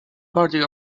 party